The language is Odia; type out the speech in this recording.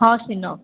ହଁ ସେନ